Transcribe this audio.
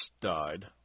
died